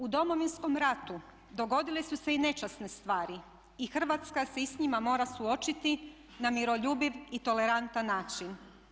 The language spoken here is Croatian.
U Domovinskom ratu dogodile su se i nečasne stvari i Hrvatska se i sa njima mora suočiti na miroljubiv i tolerantan način.